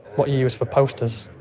what you use for posters.